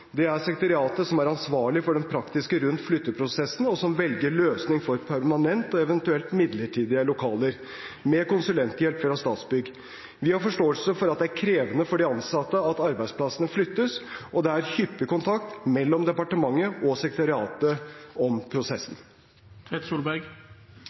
Det er sekretariatet som er ansvarlig for det praktiske rundt flytteprosessen, og som velger løsning for permanent og eventuelt midlertidige lokaler, med konsulenthjelp fra Statsbygg. Vi har forståelse for at det er krevende for de ansatte at arbeidsplassene flyttes, og det er hyppig kontakt mellom departementet og sekretariatet om